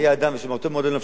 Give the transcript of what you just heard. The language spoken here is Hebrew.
ונשמרתם מאוד לנפשותיכם,